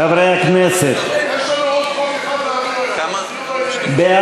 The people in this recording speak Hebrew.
חוק הכנסת (תיקון מס' 43), התשע"ו 2016, נתקבל.